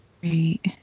great